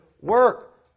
work